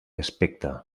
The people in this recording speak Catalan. aspecte